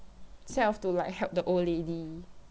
self to like help the old lady